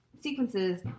sequences